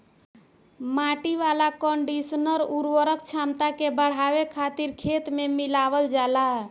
माटी वाला कंडीशनर उर्वरक क्षमता के बढ़ावे खातिर खेत में मिलावल जाला